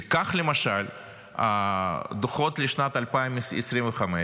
כך למשל הדוחות לשנת 2025,